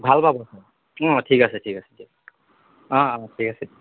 ভাল পাব চাই অঁ ঠিক আছে ঠিক আছে দিয়ক অঁ অঁ ঠিক আছে